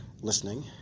listening